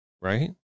Right